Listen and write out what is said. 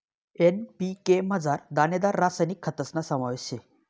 NPK मझार दानेदार रासायनिक खतस्ना समावेश शे